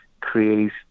create